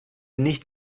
nicht